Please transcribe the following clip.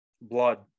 blood